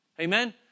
Amen